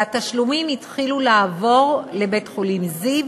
התשלומים התחילו לעבור לבית-חולים זיו,